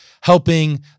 helping